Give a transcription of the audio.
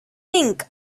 think